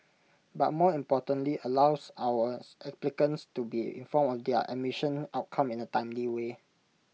but more importantly allows our as applicants to be informed of their admission outcome in A timely way